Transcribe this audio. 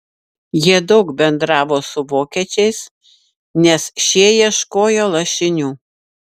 jie daug bendravo su vokiečiais nes šie ieškojo lašinių